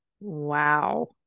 Wow